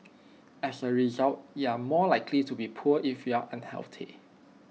as A result you are more likely be poor if you are unhealthy